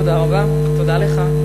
תודה רבה, תודה לך.